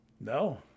no